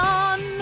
on